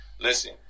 Listen